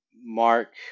Mark